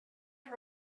her